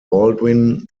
baldwin